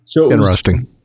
Interesting